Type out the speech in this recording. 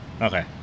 Okay